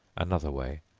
another way.